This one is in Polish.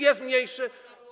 Jest mniejsze?